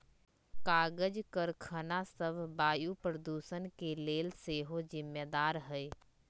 कागज करखना सभ वायु प्रदूषण के लेल सेहो जिम्मेदार हइ